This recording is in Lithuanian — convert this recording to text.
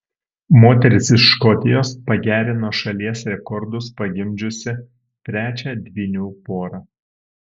moteris iš škotijos pagerino šalies rekordus pagimdžiusi trečią dvynių porą